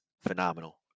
phenomenal